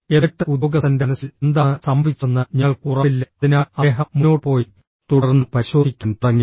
എന്നിട്ട് ഉദ്യോഗസ്ഥന്റെ മനസ്സിൽ എന്താണ് സംഭവിച്ചതെന്ന് ഞങ്ങൾക്ക് ഉറപ്പില്ല അതിനാൽ അദ്ദേഹം മുന്നോട്ട് പോയി തുടർന്ന് പരിശോധിക്കാൻ തുടങ്ങി